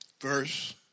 verse